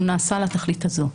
הוא נעשה לתכלית הזו.